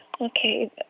Okay